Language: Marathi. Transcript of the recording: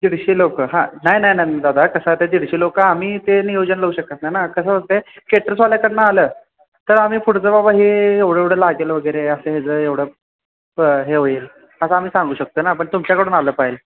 दीडशे लोक हां नाही नाही नाही दादा कसं आता दीडशे लोक आम्ही ते नियोजन लावू शकत नाही ना कसं होतं आहे केटर्सवाल्याकडून आलं तर आम्ही पुढंचं बाबा हे एवढं एवढं लागेल वगैरे असं हेजं एवढं हे होईल असं आम्ही सांगू शकतो ना पण तुमच्याकडून आलं पाईल